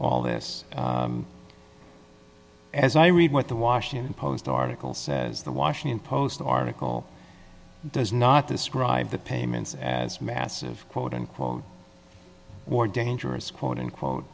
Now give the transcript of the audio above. all this as i read what the washington post article says the washington post article does not describe the payments as massive quote unquote or dangerous quote unquote